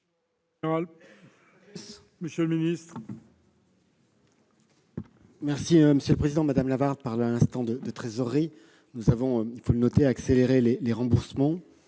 M. le ministre